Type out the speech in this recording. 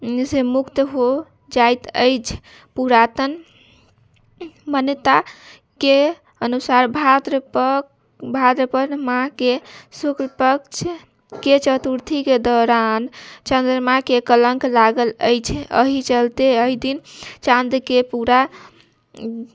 से मुक्त हो जाइत अछि पुरातन मान्यताके अनुसार भाद्रपद माहके शुक्ल पक्षके चतुर्थीके दौरान चंद्रमाके कलङ्क लागल अछि एहि चलते एहि दिन चाँदके पूरा